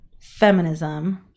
feminism